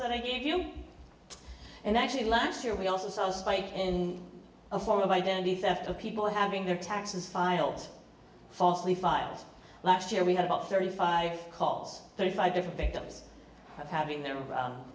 and i gave you and actually last year we also saw a spike in a form of identity theft of people having their taxes filed falsely files last year we had about thirty five calls thirty five different victims of having their